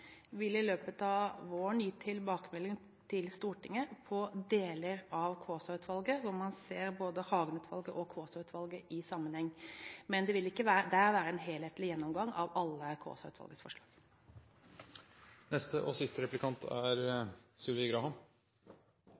vil i løpet av våren gi tilbakemelding til Stortinget på deler av Kaasa-utvalgets utredning, der man ser både Hagen-utvalgets utredning og Kaasa-utvalgets utredning i sammenheng, men det vil ikke være en helhetlig gjennomgang av alle Kaasa-utvalgets forslag. Med henvisning til at disse sakene er